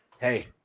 Hey